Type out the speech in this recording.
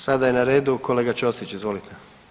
Sada je na redu kolega Ćosić, izvolite.